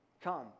Come